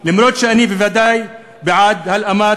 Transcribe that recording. למרות שאני בוודאי בעד הלאמת